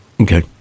Okay